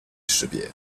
识别